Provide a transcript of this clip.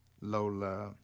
Lola